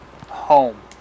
Home